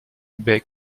baie